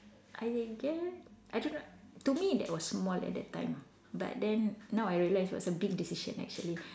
I guess I don't know to me that was small at that time but then now I realise it was a big decision actually